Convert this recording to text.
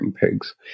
pigs